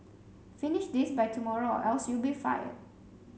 finish this by tomorrow or else you'll be fired